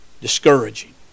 discouraging